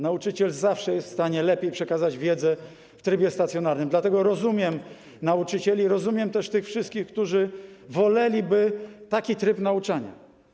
Nauczyciel zawsze jest w stanie lepiej przekazać wiedzę w trybie stacjonarnym, dlatego rozumiem nauczycieli i rozumiem też tych wszystkich, którzy woleliby taki tryb nauczania.